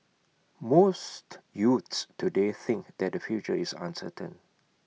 most youths today think that their future is uncertain